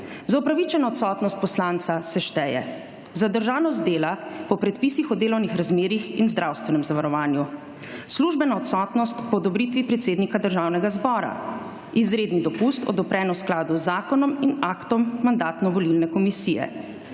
Za opravičeno odsotnost poslanca se šteje: zadržanost z dela po predpisih o delovnih razmerjih in zdravstvenem zavarovanju; službeno odsotnost po odobritvi predsednika Državnega zbora; izredni dopust odobren v skladu z zakonom in aktom Mandatno-volilne komisije;